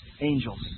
Angels